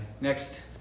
next